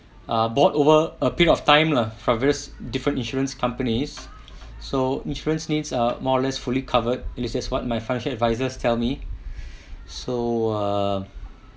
ah bought over a period of time lah from various different insurance companies so insurance needs are more or less fully covered this is what my financial advisers tell me so uh